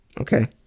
okay